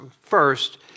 first